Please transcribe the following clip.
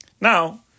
Now